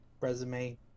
resume